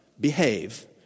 behave